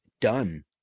Done